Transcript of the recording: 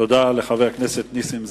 תודה לחבר הכנסת נסים זאב.